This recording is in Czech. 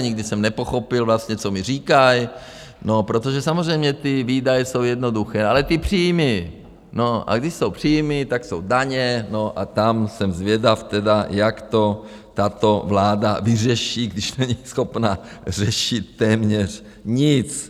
Nikdy jsem nepochopil vlastně, co mi říkají, protože samozřejmě ty výdaje jsou jednoduché, ale ty příjmy, no a když jsou příjmy, tak jsou daně, no a tam jsem zvědav tedy, jak to tato vláda vyřeší, když není schopna řešit téměř nic.